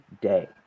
day